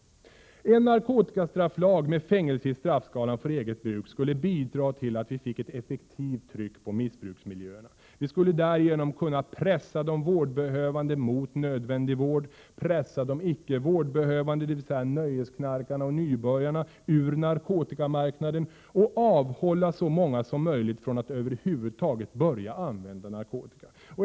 En narkotikastrafflag med fängelse i straffskalan för eget bruk skulle bidra till att vi fick ett effektivt tryck på missbruksmiljöerna. Vi skulle därigenom kunna pressa de vårdbehövande mot nödvändig vård, pressa de icke vårdbehövande, dvs. nöjesknarkarna och nybörjarna, ur narkotikamarknaden och avhålla så många som möjligt från att över huvud taget börja använda narkotika.